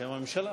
בשם הממשלה.